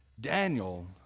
Daniel